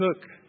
took